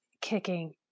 kicking